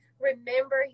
remember